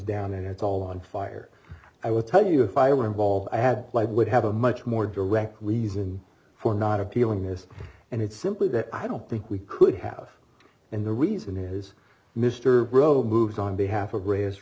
down and it's all on fire i will tell you if i were involved i had lied would have a much more direct reason for not appealing this and it's simply that i don't think we could have and the reason is mr rove moves on behalf of ra